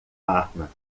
arma